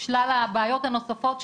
שלל הבעיות הנוספות,